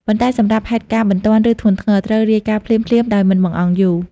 ប៉ុន្តែសម្រាប់ហេតុការណ៍បន្ទាន់ ឬធ្ងន់ធ្ងរ ត្រូវរាយការណ៍ភ្លាមៗ ដោយមិនបង្អង់យូរ។